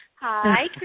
Hi